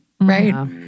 Right